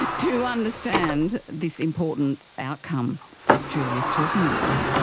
to understand this important outcome that julia is talking about,